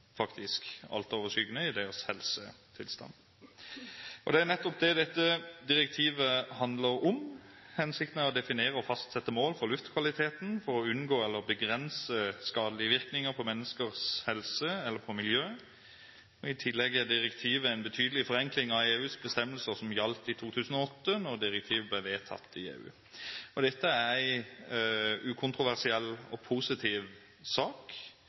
faktisk altoverskyggende når det gjelder deres helsetilstand. Det er nettopp det dette direktivet handler om. Hensikten er å definere og fastsette mål for luftkvaliteten for å unngå eller begrense skadelige virkninger på menneskers helse eller på miljøet. I tillegg er direktivet en betydelig forenkling av EUs bestemmelser som gjaldt i 2008, da direktivet ble vedtatt i EU. Dette er en ukontroversiell og positiv sak.